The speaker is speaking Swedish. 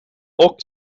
och